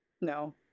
No